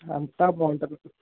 అంతా బాగుంటుంది